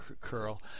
curl